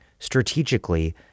Strategically